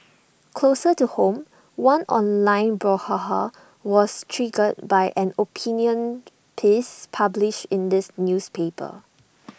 closer to home one online brouhaha was triggered by an opinion piece published in this newspaper